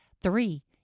Three